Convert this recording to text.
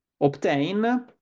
obtain